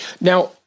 Now